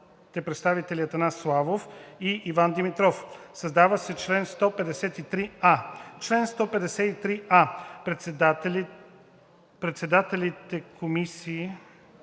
представители Атанас Славов и Иван Димитров – създава се чл. 153а: „Чл. 153а. Председателите на комисии